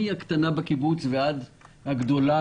מהקטנה בקיבוץ ועד הגדולה,